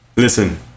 Listen